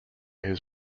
his